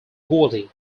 gordy